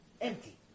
Empty